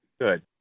Good